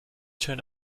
turn